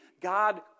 God